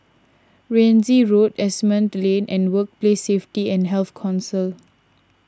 Rienzi Road Asimont Lane and Workplace Safety and Health Council